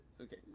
Okay